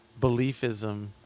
beliefism